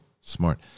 Smart